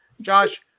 Josh